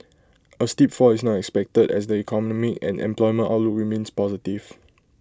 A steep fall is not expected as the economic and employment outlook remains positive